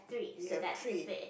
you have three